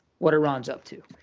what iran's up to.